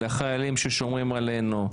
לחיילים ששומרים עלינו,